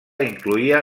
incloïa